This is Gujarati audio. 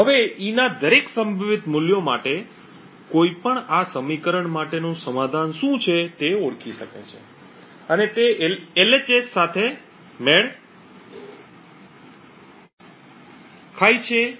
હવે e ના દરેક સંભવિત મૂલ્યો માટે કોઈ પણ આ સમીકરણ માટેનું સમાધાન શું છે તે ઓળખી શકે છે અને તે એલએચએસ સાથે મેળ ખાય છે કે કેમ તે માન્ય કરી શકે છે